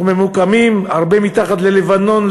אנחנו ממוקמים הרבה מתחת ללבנון,